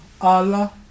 Allah